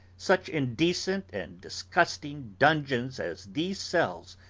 such indecent and disgusting dungeons as these cells,